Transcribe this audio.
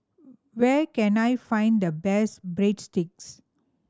where can I find the best Breadsticks